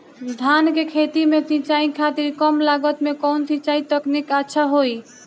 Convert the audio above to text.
धान के खेती में सिंचाई खातिर कम लागत में कउन सिंचाई तकनीक अच्छा होई?